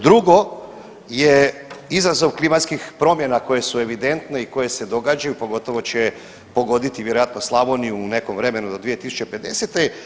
Drugo je izazov klimatskih promjena koje su evidentne i koje se događaju, pogotovo će pogoditi vjerojatno Slavoniju u nekom vremenu do 2050.